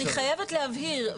אני חייבת להבהיר.